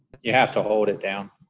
you have to hold it down,